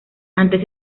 antes